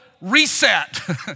reset